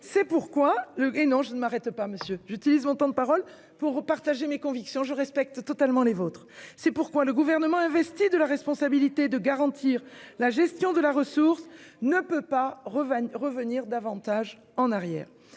C'est pourquoi le Gouvernement, investi de la responsabilité de garantir la gestion de la ressource, ne peut revenir davantage en arrière.